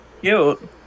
Cute